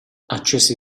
accese